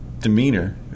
demeanor